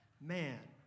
man